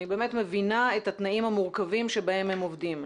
אני באמת מבינה את התנאים המורכבים שבהם הם עובדים.